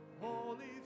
Holy